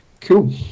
Cool